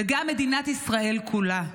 וגם מדינת ישראל כולה.